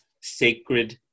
sacred